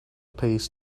pays